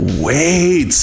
wait